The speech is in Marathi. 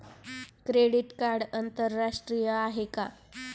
क्रेडिट कार्ड आंतरराष्ट्रीय आहे का?